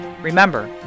Remember